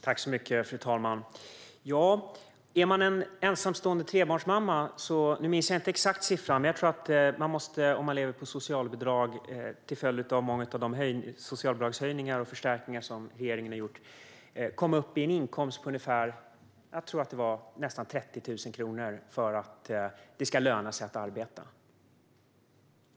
Fru talman! Nu minns jag inte den exakta siffran, men om man som ensamstående trebarnsmamma lever på socialbidrag måste man - till följd av de många socialbidragshöjningar och förstärkningar regeringen har gjort - komma upp i en inkomst på nästan 30 000 kronor, tror jag att det var, för att det ska löna sig att arbeta.